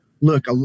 look